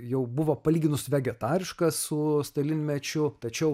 jau buvo palyginus vegetariškas su stalinmečiu tačiau